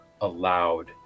allowed